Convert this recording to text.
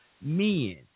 men